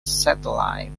satellite